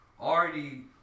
already